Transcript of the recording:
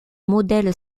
modèle